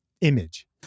image